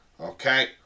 okay